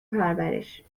پرورش